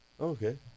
Okay